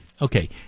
okay